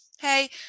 hey